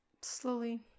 slowly